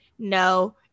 No